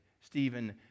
Stephen